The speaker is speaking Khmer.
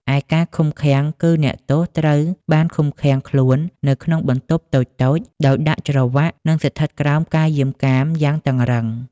ឯការឃុំឃាំងគឺ អ្នកទោសត្រូវបានឃុំខ្លួននៅក្នុងបន្ទប់តូចៗ ដោយដាក់ច្រវាក់ និងស្ថិតក្រោមការយាមកាមយ៉ាងតឹងរ៉ឹង។